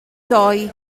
doi